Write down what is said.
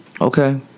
okay